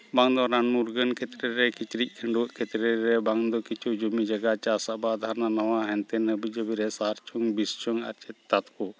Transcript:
ᱵᱟᱝ ᱫᱚ ᱨᱟᱱᱼᱢᱩᱨᱜᱟᱹᱱ ᱠᱷᱮᱛᱨᱮ ᱨᱮ ᱠᱤᱪᱨᱤᱪ ᱠᱷᱟᱺᱰᱣᱟᱹᱜ ᱠᱷᱮᱛᱨᱮ ᱨᱮ ᱵᱟᱝ ᱫᱚ ᱠᱤᱪᱷᱩ ᱡᱩᱢᱤ ᱡᱟᱭᱜᱟ ᱪᱟᱥᱼᱟᱵᱟᱫᱽ ᱦᱟᱱᱟᱼᱱᱟᱣᱟ ᱦᱮᱱᱛᱮᱱ ᱦᱟᱹᱵᱤᱡᱟᱹᱵᱤ ᱨᱮ ᱥᱟᱨ ᱪᱚᱝ ᱵᱤᱥ ᱪᱚᱝ ᱟᱨ ᱪᱮᱛᱟᱛ ᱠᱚ